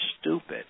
stupid